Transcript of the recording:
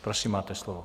Prosím, máte slovo.